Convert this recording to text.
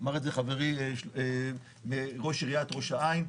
אמר את זה חברי ראש עיריית ראש העין.